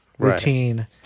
Routine